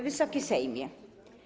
Wysoki Sejmie!